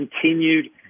continued